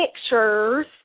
Pictures